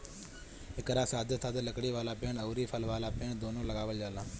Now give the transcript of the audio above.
एकरा साथे साथे लकड़ी वाला पेड़ अउरी फल वाला पेड़ दूनो लगावल जाला